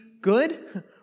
good